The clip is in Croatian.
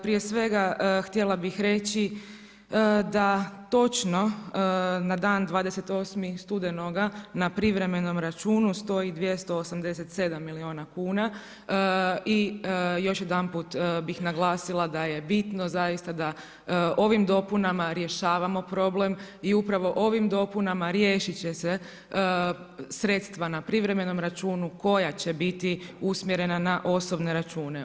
Prije svega, htjela bih reći da točno na dan 28. studenoga na privremenom računu stoji 287 milijuna kuna i još jedanput bih naglasila da je bitno zaista da ovim dopunama rješavamo problem i upravo ovim dopunama riješiti će se sredstva na privremenom računu koja će biti usmjerena na osobne račune.